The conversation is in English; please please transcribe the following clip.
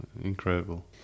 incredible